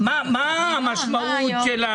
מה המשמעות?